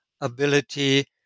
ability